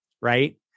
right